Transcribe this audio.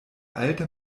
alta